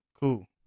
Cool